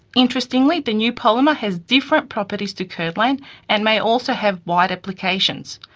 interestingly the new polymer has different properties to curdlan and may also have wide applications.